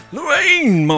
Lorraine